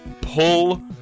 pull